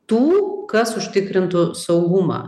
tų kas užtikrintų saugumą